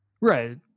Right